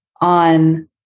on